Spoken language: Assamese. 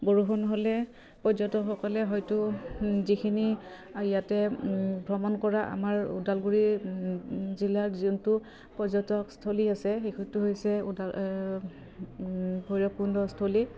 বৰষুণ হ'লে পৰ্যটকসকলে হয়তো যিখিনি ইয়াতে ভ্ৰমণ কৰা আমাৰ ওদালগুৰি জিলাৰ যোনটো পৰ্যটকস্থলী আছে সেইটো হৈছে ওদা ভৈৰৱকুণ্ডস্থলী